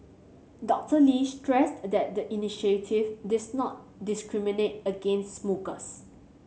Doctor Lee stressed that the initiative did not discriminate against smokers